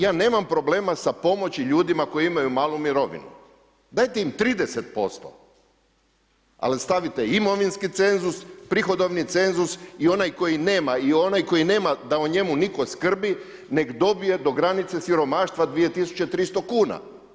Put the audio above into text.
Ja nemam problema sa pomoći ljudima koji imaju malu mirovinu, dajte im 30%, ali stavite imovinski cenzus, prihodovni cenzus i onaj koji nema da o njemu nitko skrbi, nek dobije do granice siromaštva 2300 kuna.